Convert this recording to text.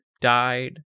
died